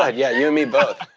ah yeah, you and me both.